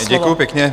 Děkuju pěkně.